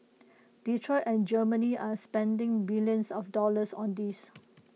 Detroit and Germany are spending billions of dollars on this